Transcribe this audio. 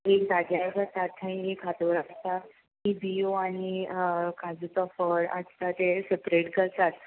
एक जाग्यार जाता थंय एक हातोर आसता ती बिंयो आनी काजूचें फळ आसता ते सेपरेट करतात